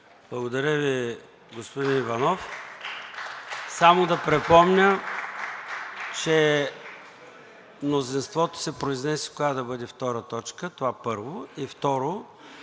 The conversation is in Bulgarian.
Благодаря Ви, господин Иванов. Само да припомня, че мнозинството се произнесе коя да бъде втора точка – това, първо, и второ